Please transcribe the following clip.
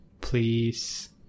please